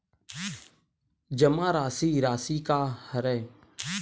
जमा राशि राशि का हरय?